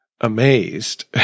amazed